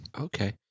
Okay